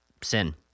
sin